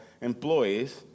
employees